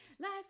Life